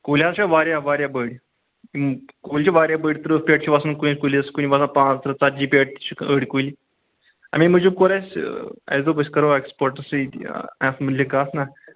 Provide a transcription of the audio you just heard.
کُلۍ حظ چھِ واریاہ واریاہ بٔڑۍ کُلۍ چھِ واریاہ بٔڑۍ ترٕٛہ پیٹہِ چھِ وَسان کُنہِ کُلس کُنہِ وَسان پانٛژترٕٛہ ژتَجی پیٹہِ چھِ أڑۍ کُلۍ امے موٗجوٗب کوٚر اَسہِ اَسہِ دوٚپ أسۍ کَرو ایکسپٲٹس سۭتۍ اتھ مُتلِق کَتھ نا